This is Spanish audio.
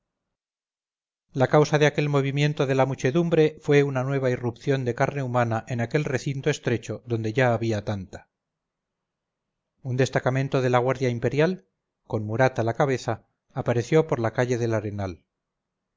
la causa de aquel movimiento de la muchedumbre fue una nueva irrupción de carne humana en aquel recinto estrecho donde ya había tanta un destacamento de la guardia imperial con murat a la cabeza apareció por la calle del arenal